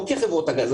לא כחברות הגז.